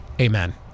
amen